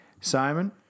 Simon